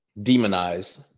demonize